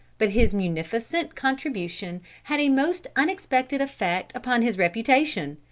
but his munificent contribution had a most unexpected effect upon his reputation,